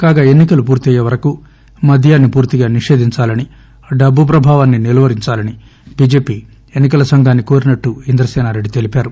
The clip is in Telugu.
కాగా ఎన్ని కలు పూర్తయ్యే వరకు మద్యాన్ని పూర్తిగా నిషేధించాలని డబ్బు ప్రభావాన్ని నిలువరించాలని బిజెపి ఎన్ని కల సంఘాన్ని కోరినట్లు ఇంధ్రసేనారెడ్డి తెలిపారు